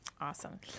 Awesome